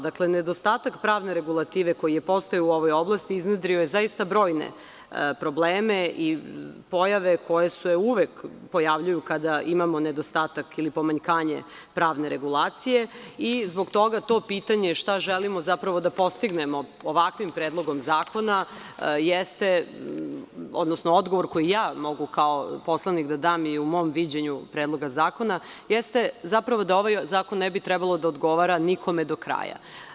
Dakle, nedostatak pravne regulative koji je postojao u ovoj oblasti iznudrio je zaista brojne probleme i pojave koje se uvek pojavljuju kada imamo nedostatak ili pomanjkanje pravne regulacije i zbog toga to pitanje - šta želimo zapravo da postignemo ovakvim predlogom zakona, jeste, odnosno odgovor koji ja mogu kao poslanik da dam i u mom viđenju Predloga zakona, jeste zapravo da ovaj zakon ne bi trebalo da odgovara nikome do kraja.